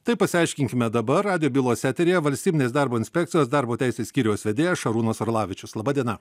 tai pasiaiškinkime dabar radijo bylos eteryje valstybinės darbo inspekcijos darbo teisės skyriaus vedėjas šarūnas orlavičius laba diena